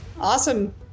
Awesome